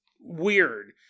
weird